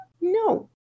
No